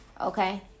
okay